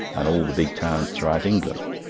and all the big towns throughout england.